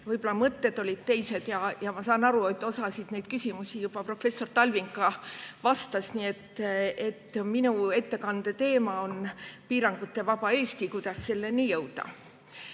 võib-olla mõtted olid teised. Ma saan aru, et osale küsimustele juba professor Talving vastas, aga minu ettekande teema on piirangutevaba Eesti, kuidas selleni jõuda.